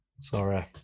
sorry